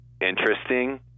interesting